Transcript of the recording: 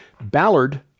Ballard